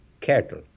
cattle